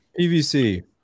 PVC